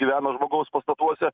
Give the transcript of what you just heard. gyveno žmogaus pastatuose